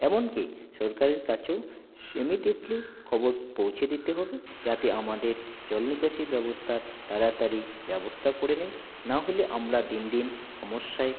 এমনকি সরকারের কাছেও সে ইমিডিয়েটলি খবর পৌঁছে দিতে হবে যাতে আমাদের জল নিকাশি ব্যবস্থার তাড়াতাড়ি ব্যবস্থা করে নেয় না হলে আমরা দিন দিন সমস্যায়